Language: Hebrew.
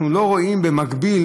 אנחנו לא רואים במקביל